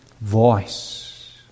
voice